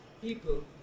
people